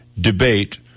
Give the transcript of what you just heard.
debate